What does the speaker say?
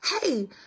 Hey